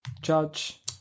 Judge